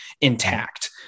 intact